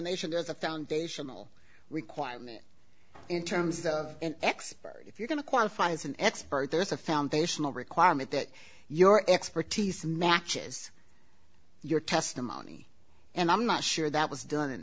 there's a foundational requirement in terms of an expert if you're going to qualify as an expert there's a foundational requirement that your expertise matches your testimony and i'm not sure that was done in